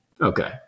Okay